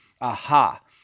aha